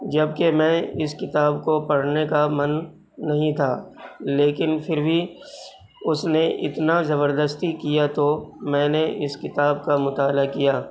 جب کہ میں اس کتاب کو پڑھنے کا من نہیں تھا لیکن پھر بھی اس نے اتنا زبردستی کیا تو میں نے اس کتاب کا مطالعہ کیا